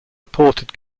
reported